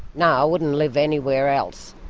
no, i wouldn't live anywhere else.